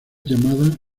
llamada